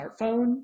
smartphone